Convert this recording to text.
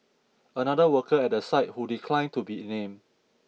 another worker at the site who declined to be named